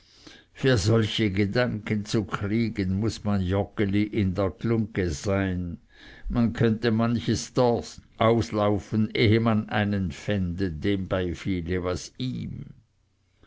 für solche gedanken zu kriegen muß man joggeli in der glungge sein man könnte manches dorf aus laufen ehe man einen fände dem beifiele was ihm